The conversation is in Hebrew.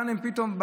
כאן פתאום,